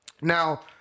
Now